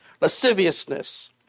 lasciviousness